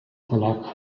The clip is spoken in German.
verlag